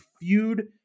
feud